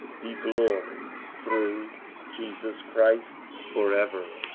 be glory through jesus christ for ever.